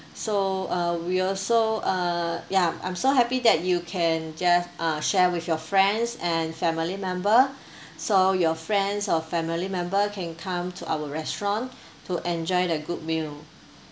so uh we also uh ya I'm so happy that you can just uh share with your friends and family member so your friends or family member can come to our restaurant to enjoy the good meal